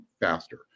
faster